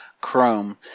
Chrome